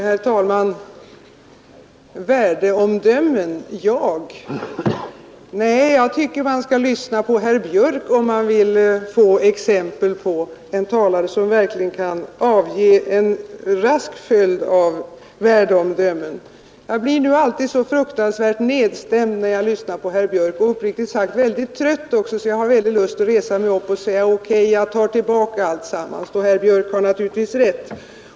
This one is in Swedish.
Herr talman! Värdeomdömen — jag! Nej, jag tycker att man skall lyssna på herr Björk i Göteborg, om man vill få exempel på en talare som verkligen kan avge en rask följd av värdeomdömen. Jag blir alltid så fruktansvärt nedstämd när jag lyssnar på herr Björk och — uppriktigt sagt — så trött, att jag har lust att resa mig upp och säga: OK, jag tar tillbaka alltsammans för herr Björk har naturligtvis rätt.